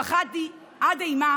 פחדתי עד אימה